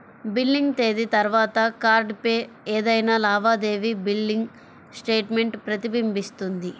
billing తేదీ తర్వాత కార్డ్పై ఏదైనా లావాదేవీ బిల్లింగ్ స్టేట్మెంట్ ప్రతిబింబిస్తుంది